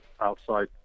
outside